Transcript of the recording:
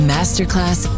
Masterclass